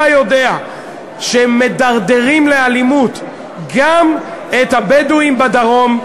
אתה יודע שמדרדרים לאלימות גם את הבדואים בדרום,